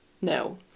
no